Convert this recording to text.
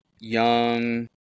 young